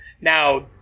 Now